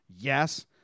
Yes